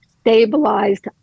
stabilized